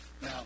Now